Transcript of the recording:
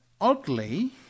oddly